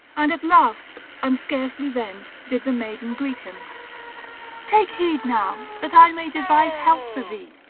and at last and scarcely then did the maiden greet him take heed now, that i may devise help for thee.